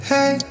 Hey